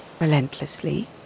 relentlessly